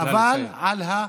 נא לסיים.